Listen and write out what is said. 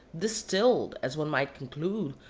distilled, as one might conclude,